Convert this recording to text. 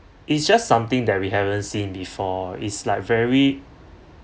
it's just something that we haven't seen before it's like very